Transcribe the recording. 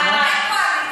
אתם קולטים, אין ממשלה,